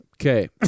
Okay